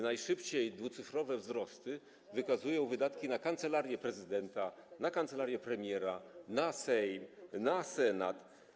Najszybciej dwucyfrowe wzrosty wykazują wydatki na Kancelarię Prezydenta, na kancelarię premiera, na Sejm, na Senat.